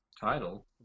title